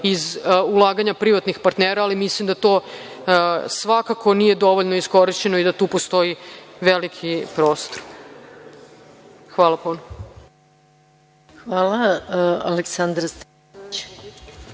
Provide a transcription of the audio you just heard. iz ulaganja privatnih partnera, ali mislim da to svakako nije dovoljno iskorišćeno i da tu postoji veliki prostor. Hvala puno. **Maja Gojković**